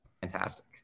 Fantastic